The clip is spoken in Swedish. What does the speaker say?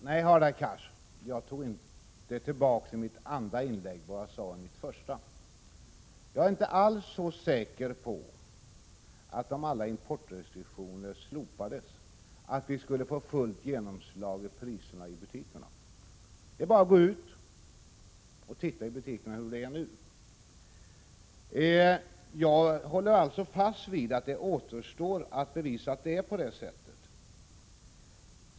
Fru talman! Nej, Hadar Cars, jag tog inte i mitt andra inlägg tillbaka vad jag sade i det första inlägget. Jag är inte alls så säker på att vi, om alla importrestriktioner slopades, skulle kunna notera fullt genomslag på prisernai butikerna. Det är bara att gå ut i butikerna och titta på hur det är nu. Jag håller alltså fast vid att det återstår att verkligen visa hur det förhåller sig.